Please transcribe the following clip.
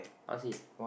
I want see